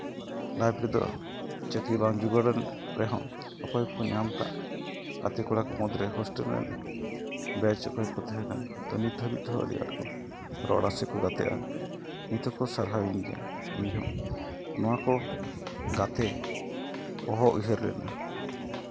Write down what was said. life ᱨᱮᱫᱚ ᱪᱟᱹᱠᱨᱤ ᱵᱟᱝ ᱡᱳᱜᱟᱲ ᱞᱮᱱᱟ ᱟᱞᱮ ᱦᱚᱸ ᱚᱠᱚᱭ ᱠᱚᱠᱚ ᱧᱟᱢ ᱠᱟᱜ ᱜᱟᱛᱮ ᱠᱚᱲᱟᱠᱚ ᱢᱩᱫᱽᱨᱮ ᱦᱳᱥᱴᱮ ᱞ ᱨᱮᱱ ᱵᱮᱪ ᱚᱠᱚᱭ ᱠᱚᱠᱚ ᱛᱟᱦᱮᱸ ᱠᱟᱱᱟ ᱛᱳ ᱱᱤᱛ ᱫᱷᱟᱹᱵᱤᱡ ᱛᱮᱦᱚᱸ ᱟᱹᱰᱤ ᱟᱸᱴ ᱠᱚ ᱨᱚᱲ ᱟᱥᱮ ᱠᱚ ᱜᱟᱛᱮᱜᱼᱟ ᱱᱤᱛ ᱦᱚᱸᱠᱚ ᱥᱟᱨᱦᱟᱣᱤᱧ ᱜᱮᱭᱟ ᱤᱧᱦᱚᱸ ᱱᱚᱣᱟ ᱠᱚ ᱜᱟᱛᱮ ᱚᱦᱚ ᱩᱭᱦᱟᱹᱨ ᱞᱮᱱᱟ